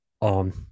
on